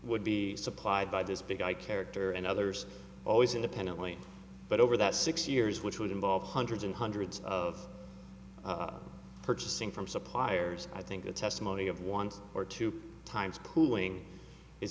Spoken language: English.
would be supplied by this big guy character and others always independently but over that six years which would involve hundreds and hundreds of purchasing from suppliers i think the testimony of one or two times pooling is